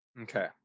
Okay